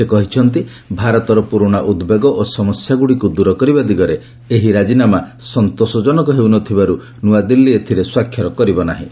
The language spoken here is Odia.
ସେ କହିଛନ୍ତି ଭାରତର ପୁରୁଣା ଉଦ୍ବେଗ ଓ ସମସ୍ୟାଗୁଡ଼ିକୁ ଦୂର କରିବା ଦିଗରେ ଏହି ରାଜିନାମା ସନ୍ତୋଷଜନକ ହେଉନଥିବାରୁ ନୂଆଦିଲ୍ଲୀ ଏଥିରେ ସ୍ୱାକ୍ଷର କରିବ ନାହିଁ